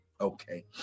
Okay